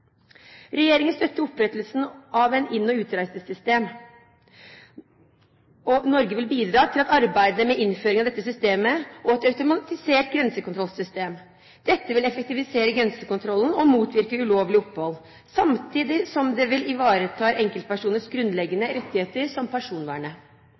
Regjeringen støtter opprettelsen av et inn- og utreisesystem. Norge vil bidra til arbeidet med innføringen av dette systemet og et automatisert grensekontrollsystem. Dette vil effektivisere grensekontrollen og motvirke ulovlig opphold, samtidig som det vil ivareta enkeltpersoners